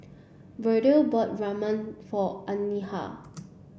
Verdell bought Rajma for Anahi